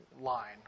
line